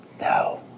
No